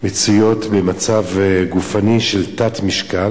נמצאות במצב גופני של תת-משקל